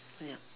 ya